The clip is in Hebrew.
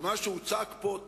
ומה שהוצג פה,